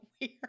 weird